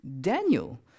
Daniel